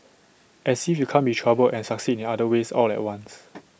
as if you can't be troubled and succeed in other ways all at once